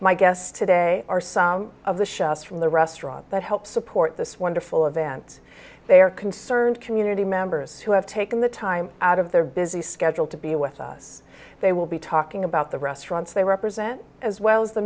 my guests today are some of the chefs from the restaurant that helped support this wonderful event they are concerned community members who have taken the time out of their busy schedule to be with us they will be talking about the restaurants they represent as well as the